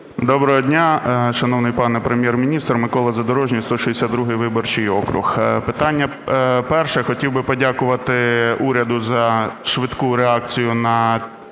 Доброго дня, шановний пане Прем'єр-міністр. Микола Задорожній, 162 виборчий округ. Питання перше. Хотів би подякувати уряду за швидку реакцію на